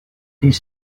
des